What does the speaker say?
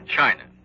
China